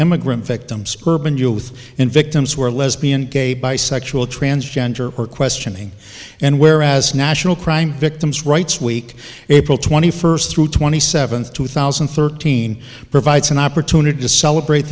immigrant victims urban youth in victims who are lesbian gay bisexual transgender questioning and where as national crime victims rights week april twenty first through twenty seventh two thousand and thirteen provides an opportunity to celebrate